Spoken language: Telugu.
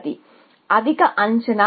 గాని నేను ఈ సెట్ను కలిగి ఉండలేను